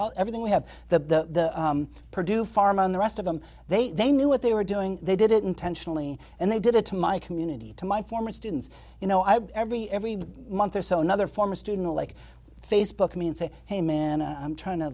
all everything we have the produce farm on the rest of them they they knew what they were doing they did it intentionally and they did it to my community to my former students you know i have every every month or so another former student like facebook me and say hey man i'm trying to